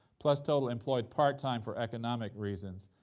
plus total employed part-time for economic reasons.